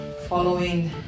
following